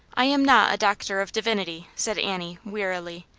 i am not a doctor of divinity, said annie, wfearily.